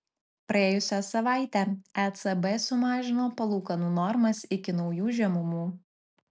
praėjusią savaitę ecb sumažino palūkanų normas iki naujų žemumų